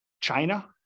China